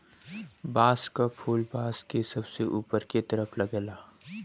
बांस क फुल बांस के सबसे ऊपर के तरफ लगला